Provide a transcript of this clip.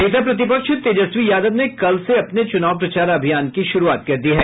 नेता प्रतिपक्ष तेजस्वी यादव ने कल से अपने चुनाव प्रचार अभियान की शुरूआत कर दी है